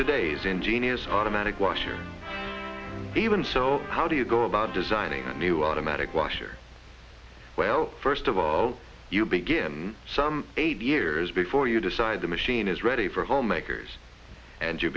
today's ingenious automatic washing even so how do you go about designing a new automatic washer well first of all you begin some eight years before you decide the machine is ready for home makers and